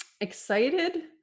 excited